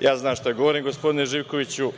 Ja znam šta govorim, gospodine Živkoviću,